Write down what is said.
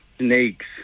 Snakes